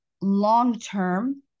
long-term